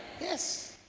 Yes